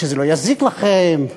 זה לא יזיק לכם,